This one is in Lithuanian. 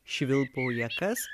švilpauja kas